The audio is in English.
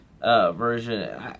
version